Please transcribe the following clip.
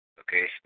okay